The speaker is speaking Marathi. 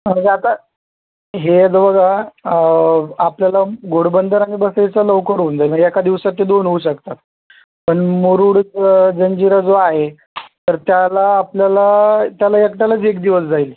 हां म्हणजे आता हेच बघा आपल्याला घोडबंदर आणि वसईचा लवकर होऊन जाईल एका दिवसात ते दोन होऊ शकतात पण मुरुड जंजिरा जो आहे तर त्याला आपल्याला त्याला एकट्यालाच एक दिवस जाईल